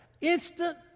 Instant